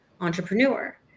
entrepreneur